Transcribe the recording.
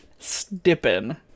stippin